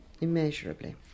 Immeasurably